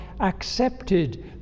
accepted